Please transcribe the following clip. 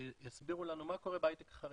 שיסבירו לנו מה קורה בהייטק חרדים.